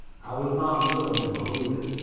i was not willing to believe it.